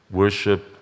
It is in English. worship